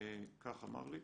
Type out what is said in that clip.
כך אמר לי.